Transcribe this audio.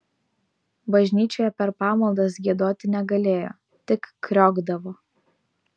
bažnyčioje per pamaldas giedoti negalėjo tik kriokdavo